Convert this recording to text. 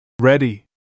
Ready